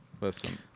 listen